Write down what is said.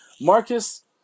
Marcus